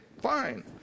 fine